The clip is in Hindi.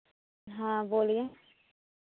हाँ बोलिए